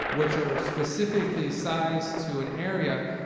which are specifically sized to an area.